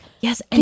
Yes